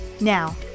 Now